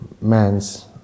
man's